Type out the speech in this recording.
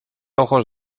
ojos